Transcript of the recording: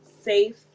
safe